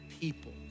people